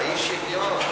באי-שוויון?